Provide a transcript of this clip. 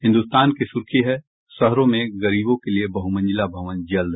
हिन्दुस्तान की सुर्खी है शहरों में गरीबों के लिए बहुमंजिला भवन जल्द